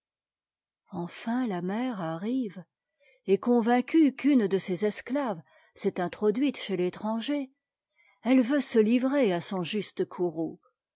enfin la mère arrive et convaincue qu'une de ses esc aves fs'est intro duite chez i'étranger ei e veut se ivrer son juste courroux